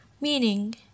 meaning